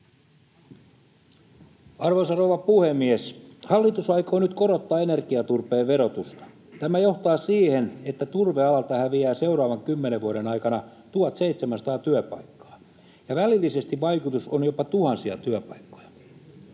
Arvoisa rouva puhemies! Hallitus aikoo nyt korottaa energiaturpeen verotusta. Tämä johtaa siihen, että turvealalta häviää seuraavan kymmenen vuoden aikana 1 700 työpaikkaa, ja välillisesti vaikutus on jopa tuhansia työpaikkoja.